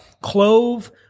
clove